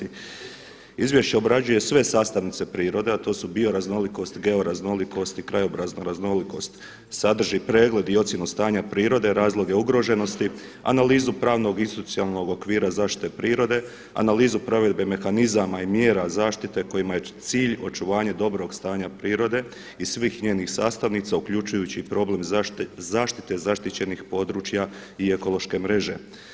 Izvješće obrađuje sve sastavnice prirode a to su bioraznolikost, georaznolikost i krajobrazna raznolikost sadrži pregled i ocjenu stanja prirode, razloge ugroženosti, analizu pravnog i socijalnog okvira zaštite prirode, analizu provedbe mehanizama i mjera zaštite kojima je cilj očuvanja dobrog stanja prirode i svih njenih sastavnica uključujući i problem zaštite zaštićenih područja i ekološke mreže.